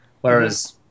whereas